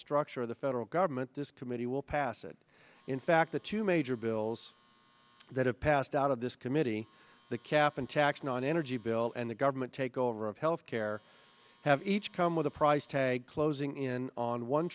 structure of the federal government this committee will pass it in fact the two major bills that have passed out of this committee the cap and tax non energy bill and the government takeover of health care have each come with a price tag closing in on one